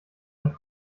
ein